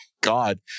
God